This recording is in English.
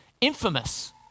Infamous